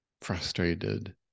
frustrated